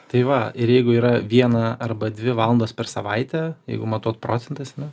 tai va ir jeigu yra viena arba dvi valandos per savaitę jeigu matuot procentais ane